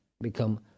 become